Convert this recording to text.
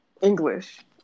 English